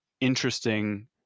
interesting